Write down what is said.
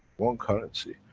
one currency,